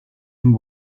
and